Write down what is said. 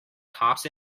cops